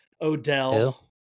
Odell